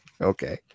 Okay